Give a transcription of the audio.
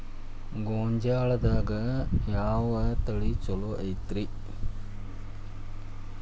ಗೊಂಜಾಳದಾಗ ಯಾವ ತಳಿ ಛಲೋ ಐತ್ರಿ?